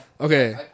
Okay